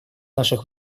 наших